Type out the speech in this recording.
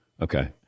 Okay